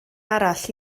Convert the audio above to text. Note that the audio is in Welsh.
arall